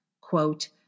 Quote